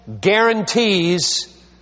guarantees